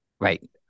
Right